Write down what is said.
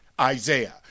Isaiah